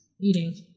eating